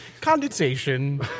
condensation